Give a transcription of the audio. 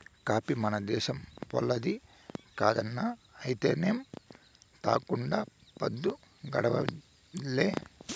coffee మన దేశంపోల్లది కాదన్నా అయితేనేం తాగకుండా పద్దు గడవడంలే